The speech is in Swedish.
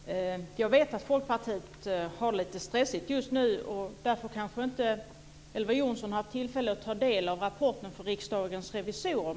Fru talman! Jag vet att Folkpartiet har det lite stressigt just nu. Därför har Elver Jonsson kanske inte haft tillfälle att ta del av rapporten från Riksdagens revisorer.